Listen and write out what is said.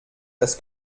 das